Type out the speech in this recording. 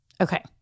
Okay